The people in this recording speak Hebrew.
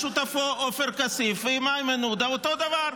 שותפו עופר כסיף ועם איימן עודה אותו דבר,